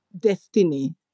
destiny